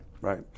right